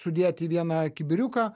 sudėt į vieną kibiriuką